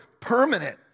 permanent